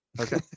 Okay